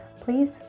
please